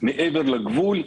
מעבר לגבול,